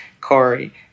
Corey